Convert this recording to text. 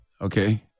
Okay